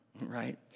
right